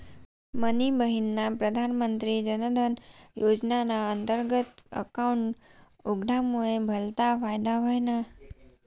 मनी बहिनना प्रधानमंत्री जनधन योजनाना अंतर्गत अकाउंट उघडामुये भलता फायदा व्हयना